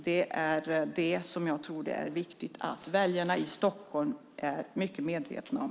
Det är det som jag tror att det är viktigt att väljarna i Stockholm är medvetna om.